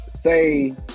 say